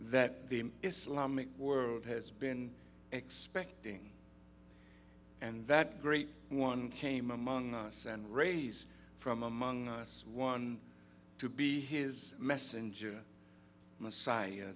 that the islamic world has been expecting and that great one came among us and raise from among us one to be his messenger messiah